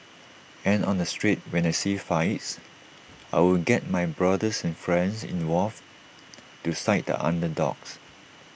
and on the street when I see fights I would get my brothers and friends involved to side the underdogs